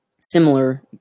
similar